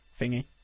thingy